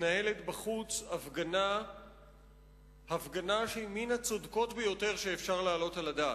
מתנהלת בחוץ הפגנה שהיא מן הצודקות ביותר שאפשר להעלות על הדעת.